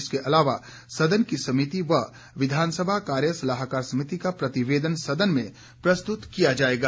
इसके अलावा सदन की समिति व विधानसभा कार्य सलाहकार समिति का प्रतिवेदन सदन में प्रस्तुत किया जाएगा